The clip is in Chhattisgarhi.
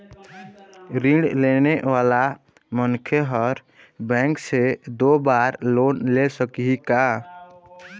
ऋण लेने वाला मनखे हर बैंक से दो बार लोन ले सकही का?